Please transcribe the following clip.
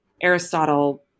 Aristotle